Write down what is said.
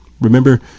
Remember